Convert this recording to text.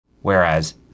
whereas